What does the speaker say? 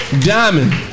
Diamond